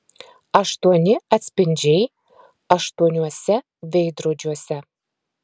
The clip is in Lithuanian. aštuoni atspindžiai aštuoniuose veidrodžiuose